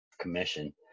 commission